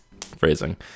phrasing